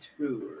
tour